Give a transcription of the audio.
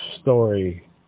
story